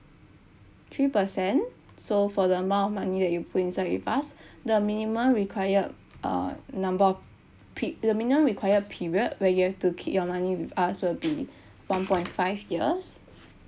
three percent so for the amount money that you put inside with us the minimum required uh number of pe~ the minimum required period where you have to keep your money with us will be one point five years